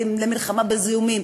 למלחמה בזיהומים,